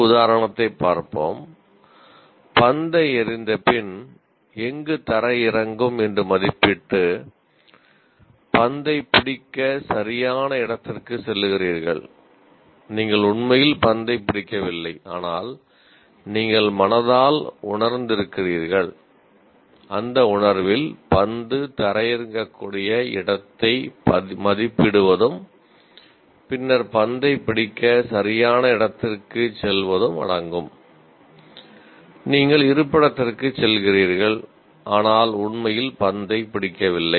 ஒரு உதாரணத்தைப் பார்ப்போம் பந்தை எறிந்தபின் எங்கு தரையிறங்கும் என்று மதிப்பிட்டு பந்தைப் பிடிக்க சரியான இடத்திற்குச் செல்லுகிறீர்கள் நீங்கள் உண்மையில் பந்தைப் பிடிக்கவில்லை ஆனால் நீங்கள் மனத்தால் உணர்ந்திருக்கிறீர்கள் அந்த உணர்வில் பந்து தரையிறங்கக்கூடிய இடத்தை மதிப்பிடுவதும் பின்னர் பந்தைப் பிடிக்க சரியான இடத்திற்குச் செல்வதும் அடங்கும் நீங்கள் இருப்பிடத்திற்குச் செல்கிறீர்கள் ஆனால் உண்மையில் பந்தைப் பிடிக்கவில்லை